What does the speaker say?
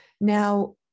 Now